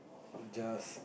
just